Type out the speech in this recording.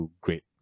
great